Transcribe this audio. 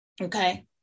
okay